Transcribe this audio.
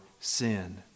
sin